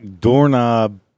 doorknob